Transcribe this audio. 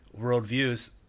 worldviews